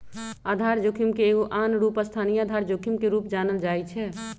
आधार जोखिम के एगो आन रूप स्थानीय आधार जोखिम के रूप में जानल जाइ छै